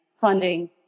funding